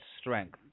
strength